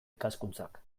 ikaskuntzak